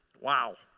wow.